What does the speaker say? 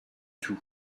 tout